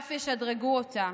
ואף ישדרגו אותה.